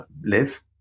live